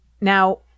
now